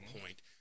point